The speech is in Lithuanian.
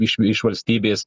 iš iš valstybės